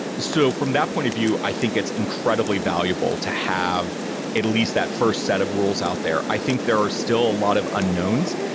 so from that point of view, i think it's incredibly valuable to have at least that first set of rules out there. i think there are still a lot of unknowns.